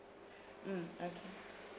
mm okay